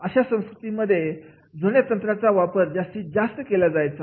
अशा संस्कृतीमध्ये जुन्या तंत्रज्ञानाचा जास्तीत जास्त वापर केला जायचा